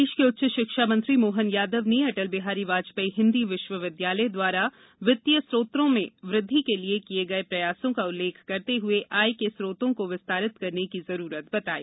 प्रदेश के उच्च शिक्षा मंत्री मोहन यादव ने अटल बिहारी वाजपेयी हिंदी विश्वविद्यालय द्वारा वित्तीय स्रोतों में वृद्धि के लिए किए गए प्रयासों का उल्लेख करते हुए आय के स्रोतों को विस्तारित करने की जरूरत बताई